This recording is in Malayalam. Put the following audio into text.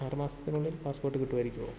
ആറ് മാസത്തിനുള്ളിൽ പാസ്പോർട്ട് കിട്ടുമായിരിക്കുമോ